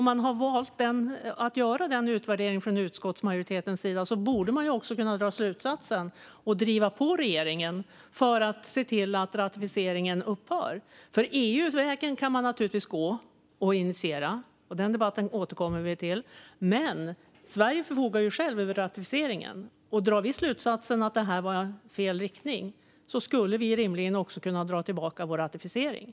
Om man har valt att göra denna utvärdering från utskottsmajoritetens sida borde man också kunna dra slutsatsen att man ska driva på regeringen för att se till att ratificeringen upphör. EU-vägen kan man naturligtvis gå och initiera - den debatten återkommer vi till. Men Sverige förfogar självt över ratificeringen. Om vi drar slutsatsen att det här var fel riktning skulle vi rimligen också kunna dra tillbaka vår ratificering.